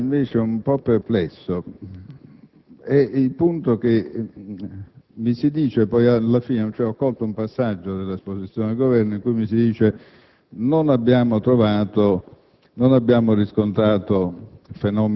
pensare che con questo tipo di forze si riesca a contrastare una presenza criminale che sta diventando veramente importante qualche dubbio può generarsi.